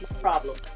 problem